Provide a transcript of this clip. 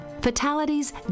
Fatalities